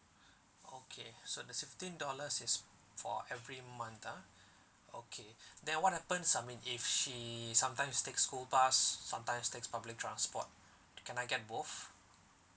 okay so the fifteen dollars is for every month ah okay then what happens I mean if she sometimes take school bus sometimes takes public transport can I get both